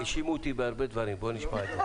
האשימו אותי בהרבה דברים, בוא נשמע את זה.